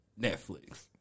Netflix